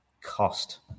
cost